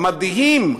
המדהים,